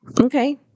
Okay